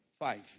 Five